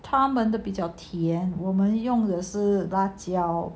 他们的比较甜我们用的是辣椒